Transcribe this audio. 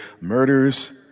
murders